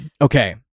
Okay